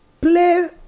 play